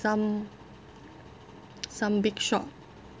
some some big shot